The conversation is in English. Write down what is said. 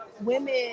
women